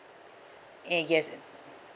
eh yes